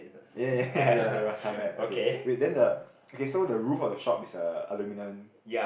ya ya ya ya the rattan mat okay wait then the okay so the roof of the shop is a aluminium